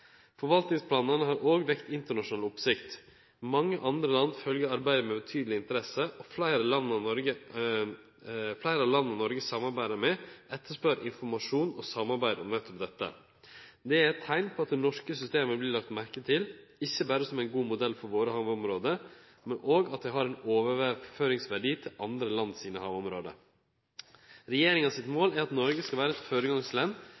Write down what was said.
Forvaltningsplanane har òg vekt internasjonal oppsikt. Mange andre land følgjer arbeidet med betydeleg interesse, og fleire land som Noreg samarbeider med, etterspør informasjon og samarbeid om nettopp dette. Det er eit teikn på at det norske systemet vert lagt merke til, ikkje berre som ein god modell for våre havområde, men òg at dei har ein overføringsverdi til andre land sine havområde. Regjeringa sitt mål er at Noreg skal vere eit føregangsland